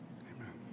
amen